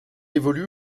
évolue